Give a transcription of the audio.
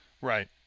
Right